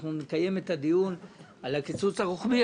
אנחנו נקיים את הדיון על הקיצוץ הרוחבי.